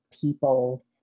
people